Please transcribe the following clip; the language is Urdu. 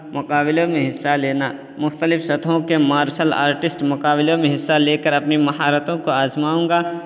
مقابلوں میں حصہ لینا مختلف سطحوں کے مارشل آرٹسٹ مقابلوں میں حصہ لے کر اپنی مہارتوں کو آزماؤں گا